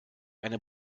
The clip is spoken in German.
eine